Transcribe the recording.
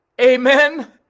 Amen